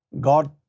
God